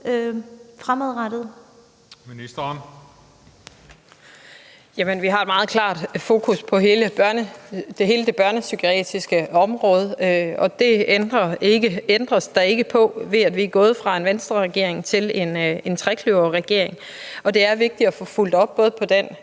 Trane Nørby): Vi har et meget klart fokus på hele det børnepsykiatriske område, og det ændres der ikke på, ved at vi er gået fra at være en Venstreregering til en trekløverregering. Og det er vigtigt at få fulgt op på den